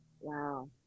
Wow